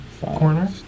corner